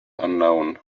unknown